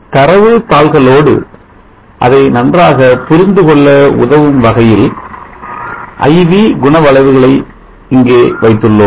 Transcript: தரவு தாள்களோடு அதை நன்றாகபுரிந்துகொள்ள உதவும் வகையில் I V குணவளைவுகளை இங்கே வைத்துள்ளோம்